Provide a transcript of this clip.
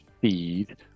feed